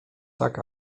tak